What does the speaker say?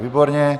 Výborně.